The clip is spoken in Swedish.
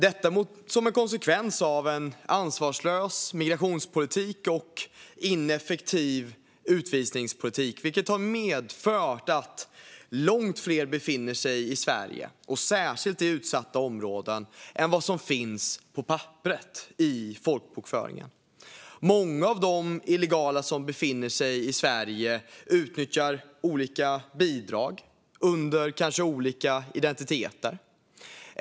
Detta är en konsekvens av en ansvarslös migrationspolitik och en ineffektiv utvisningspolitik, som medfört att långt fler befinner sig i Sverige, särskilt i utsatta områden, än de som finns på papperet, i folkbokföringen. Många av de illegala som befinner sig i Sverige utnyttjar olika bidrag, kanske under olika identiteter.